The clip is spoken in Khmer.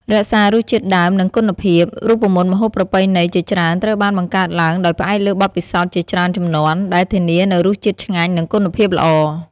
រក្សារសជាតិដើម និងគុណភាព រូបមន្តម្ហូបប្រពៃណីជាច្រើនត្រូវបានបង្កើតឡើងដោយផ្អែកលើបទពិសោធន៍ជាច្រើនជំនាន់ ដែលធានានូវរសជាតិឆ្ងាញ់ និងគុណភាពល្អ។